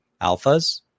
Alphas